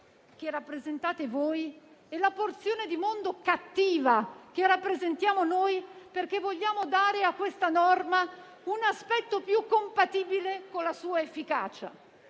che rappresentate voi e la porzione di mondo cattiva che rappresentiamo noi - perché vogliamo dare alla norma un aspetto più compatibile con la sua efficacia,